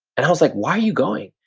and i was like, why are you going?